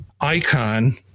icon